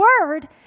word